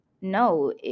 no